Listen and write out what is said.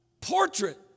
portrait